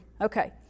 Okay